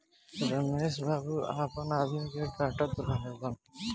रमेश बाबू आपना आदमी के डाटऽत रहलन